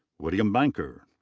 william banker.